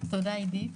תודה עידית,